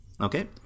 Okay